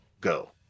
go